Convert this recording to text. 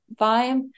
vibe